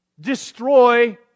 destroy